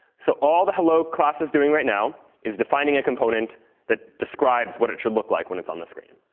so all the hello class is doing right now is defining a component that describes what it should look like when it's on the screen.